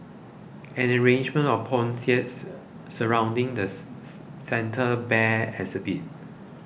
an arrangement of poinsettias surrounding the Santa Bear exhibit